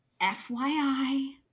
FYI